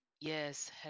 Yes